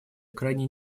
крайне